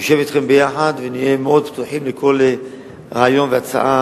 נשב אתכם ביחד ונהיה מאוד פתוחים לכל רעיון, הצעה